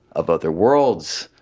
of other worlds,